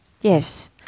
yes